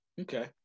Okay